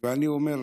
ואני אומר לכם: